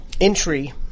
entry